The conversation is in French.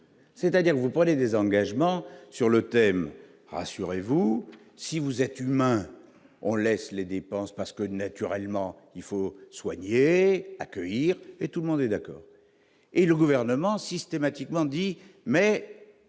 C'est-à-dire, vous prenez des engagements sur le thème : rassurez-vous, si vous êtes humains, on laisse les dépenses parce que naturellement il faut soigner accueillir et tout le monde est d'accord et le gouvernement systématiquement dit mais